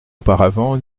auparavant